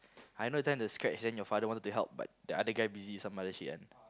I know just the scratch then your father wanted to help but the other guy busy with some shit one